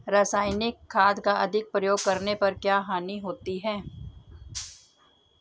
रासायनिक खाद का अधिक प्रयोग करने पर क्या हानि होती है?